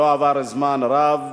לא עבר זמן רב,